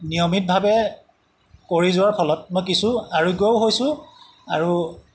নিয়মিতভাৱে কৰি যোৱাৰ ফলত মই কিছু আৰোগ্যও হৈছোঁ আৰু